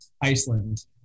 Iceland